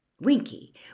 Winky